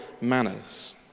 manners